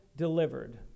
delivered